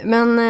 Men